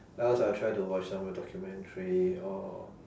else I'll try to watch some documentary or